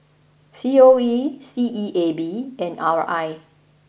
C O E C E A B and R I